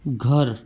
घर